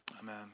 Amen